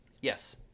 Yes